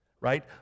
Right